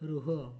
ରୁହ